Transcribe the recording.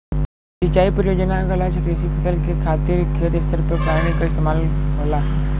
सिंचाई परियोजना क लक्ष्य कृषि फसल के खातिर खेत स्तर पर पानी क इस्तेमाल होला